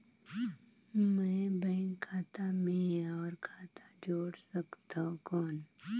मैं बैंक खाता मे और खाता जोड़ सकथव कौन?